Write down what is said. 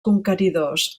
conqueridors